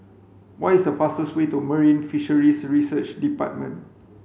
what is the fastest way to Marine Fisheries Research Department